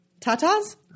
Tatas